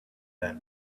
than